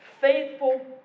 faithful